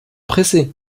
pressé